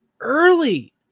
early